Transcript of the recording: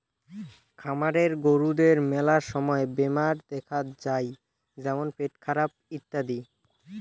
খামারের গরুদের মেলা সময় বেমার দেখাত যাই যেমন পেটখারাপ ইত্যাদি